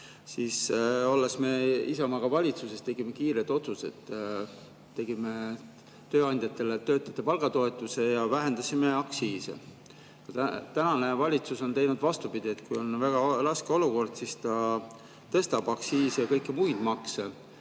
siis Isamaa oli valitsuses ja me tegime kiired otsused, tegime tööandjatele töötajate palga toetuse ja vähendasime aktsiise. Tänane valitsus on teinud vastupidi. Meil on väga raske olukord, aga ta tõstab aktsiise ja kõiki muid makse.